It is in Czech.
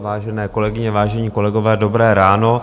Vážené kolegyně, vážení kolegové, dobré ráno.